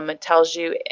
um it tells you,